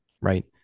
right